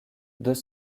deux